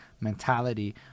mentality